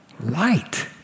light